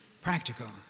practical